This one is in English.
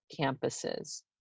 campuses